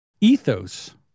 ethos